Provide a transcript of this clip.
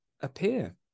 appear